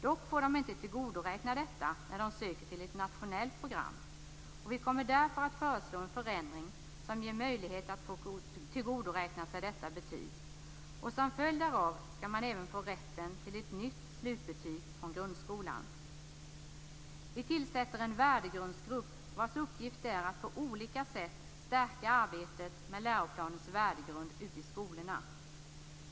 De får dock inte tillgodoräkna sig detta när de söker till ett nationellt program. Vi kommer därför att föreslå en förändring som ger möjlighet att få tillgodoräkna sig detta betyg. Som en följd därav skall man även få rätt till ett nytt slutbetyg från grundskolan. För det andra: Vi tillsätter en värdegrundsgrupp, vars uppgift det är att på olika sätt stärka arbetet med läroplanens värdegrund ute i skolorna.